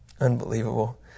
Unbelievable